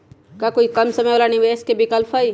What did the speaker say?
का कोई कम समय वाला निवेस के विकल्प हई?